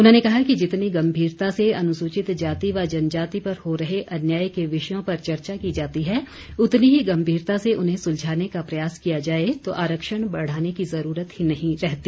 उन्होंने कहा कि जितनी गंभीरता से अनुसूचित जाति व जनजाति पर हो रहे अन्याय के विषयों पर चर्चा की जाती है उतनी ही गंभीरता से उन्हें सुलझाने का प्रयास किया जाए तो आरक्षण बढ़ाने की जरूरत ही नहीं रहती